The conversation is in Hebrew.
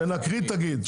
כשנקריא תגיד,